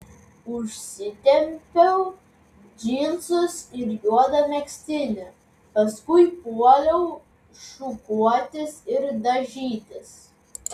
užsitempiau džinsus ir juodą megztinį paskui puoliau šukuotis ir dažytis